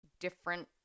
different